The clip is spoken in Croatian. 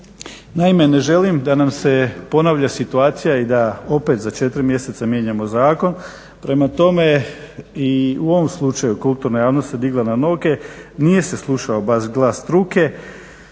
Naime, ne želim da nam se ponavlja situacija i da opet za 4 mjeseca mijenjamo zakon. Prema tome, i u ovom slučaju kulturna javnost se digla na noge. Nije se slušao baš glas struke,